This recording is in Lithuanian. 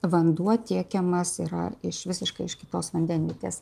vanduo tiekiamas yra iš visiškai iš kitos vandenvietės